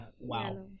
Wow